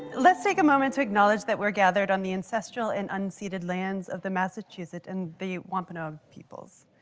let's take a moment to acknowledge that we're gathered on the ancestral and unseeded lands of the massachusetts and the wampanoag peoples.